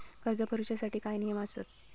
कर्ज भरूच्या साठी काय नियम आसत?